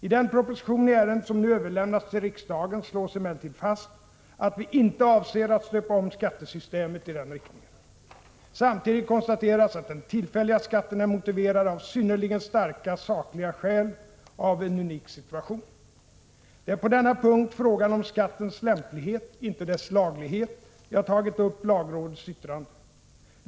I den proposition i ärendet som nu överlämnas till riksdagen slås emellertid fast att vi inte avser att stöpa om skattesystemet i den riktningen. Samtidigt konstateras att den tillfälliga skatten är motiverad av synnerligen starka sakliga skäl och av en unik situation. Det är på denna punkt — frågan om skattens lämplighet, inte dess laglighet —- jag tagit upp lagrådets yttrande.